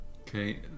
Okay